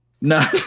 No